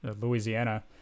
Louisiana